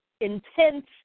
intense